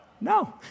no